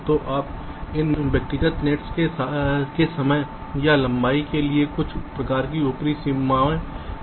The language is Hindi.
तो आप इन व्यक्तिगत नेट्स के समय या लंबाई के लिए कुछ प्रकार की ऊपरी सीमाएं निर्दिष्ट कर सकते हैं